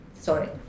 sorry